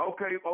Okay